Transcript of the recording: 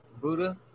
Buddha